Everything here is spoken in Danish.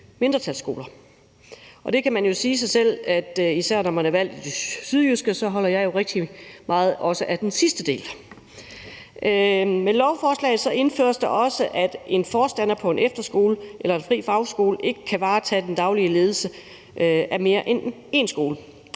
mindretalsskoler. Det giver jo sig selv, især når man er valgt i det sydjyske, at så holder jeg også rigtig meget af den sidste del. Med lovforslaget indføres det også, at en forstander på en efterskole eller en fri fagskole ikke kan varetage den daglige ledelse af mere end én skole.